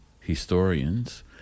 historians